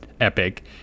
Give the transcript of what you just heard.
epic